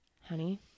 Honey